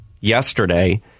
yesterday